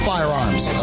Firearms